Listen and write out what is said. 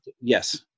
yes